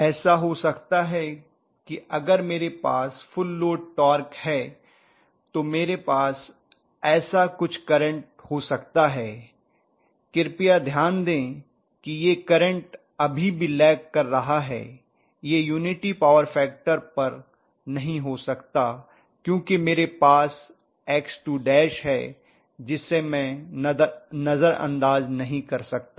ऐसा हो सकता है कि अगर मेरे पास फुल लोड टॉर्क है तो मेरे पास ऐसा कुछ करंट हो सकता है कृपया ध्यान दें कि यह करंट अभी भी लैग कर रहा है यह यूनिटी पावर फैक्टर पर नहीं हो सकता क्योंकि मेरे पास X2 है जिसे मैं नज़रअंदाज़ नहीं कर सकता